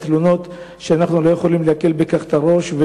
תלונות שאנחנו לא יכולים להקל ראש בהן,